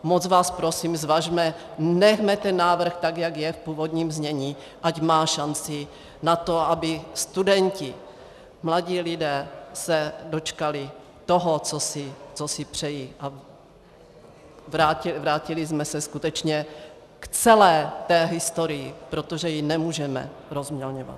Moc vás prosím, zvažme, nechme ten návrh tak, jak je, v původním znění, ať má šanci na to, aby studenti, mladí lidé, se dočkali toho, co si přejí, a vrátili jsme se skutečně k celé té historii, protože ji nemůžeme rozmělňovat.